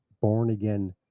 born-again